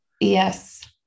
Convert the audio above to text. Yes